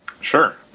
sure